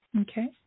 Okay